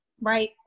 right